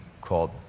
called